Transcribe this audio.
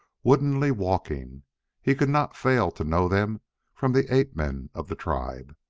woodenly walking he could not fail to know them from the ape-men of the tribe.